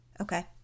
okay